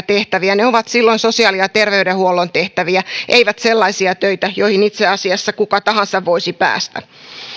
tehtäviä ne ovat silloin sosiaali ja terveydenhuollon tehtäviä eivät sellaisia töitä joihin itse asiassa kuka tahansa voisi päästä